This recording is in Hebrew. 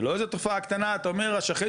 זה לא איזה תופעה קטנה אתה אומר השכן